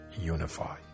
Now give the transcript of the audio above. unify